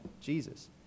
Jesus